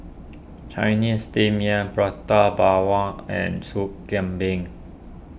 Chinese Steamed Yam Prata Bawang and Soup Kambing